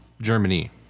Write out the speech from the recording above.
Germany